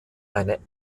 eine